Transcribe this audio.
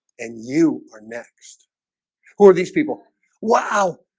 and you are next who are these people wow?